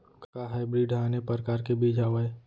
का हाइब्रिड हा आने परकार के बीज आवय?